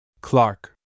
Clark